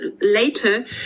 later